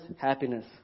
happiness